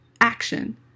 action